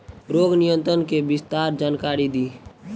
रोग नियंत्रण के विस्तार जानकारी दी?